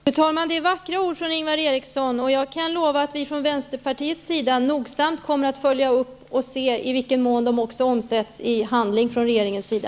Fru talman! Det var vackra ord från Ingvar Eriksson. Jag kan lova att vi från vänsterpartiets sida nogsamt kommer att följa upp och se i vilken mån de också omsätts i handling från regeringens sida.